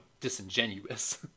disingenuous